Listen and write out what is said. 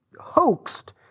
hoaxed